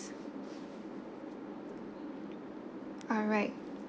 alright